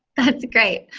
that's great.